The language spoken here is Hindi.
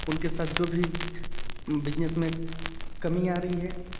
उनके साथ जो भी बिजनेस में कमी आ रही है